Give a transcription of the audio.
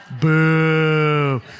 Boo